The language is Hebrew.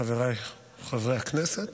חבריי חברי הכנסת,